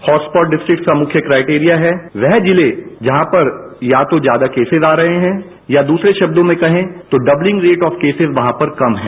hot spot का मुख्य criteria है वह जिले जहां पर या तो ज्यादा केसिज आ रहे हैं या दूसरे शब्दों में कहें तो डब्लिलिंग रेट ऑफ केसिज वहां पर कम हैं